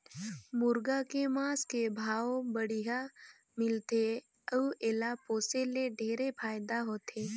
मुरगा के मांस के भाव बड़िहा मिलथे अउ एला पोसे ले ढेरे फायदा होथे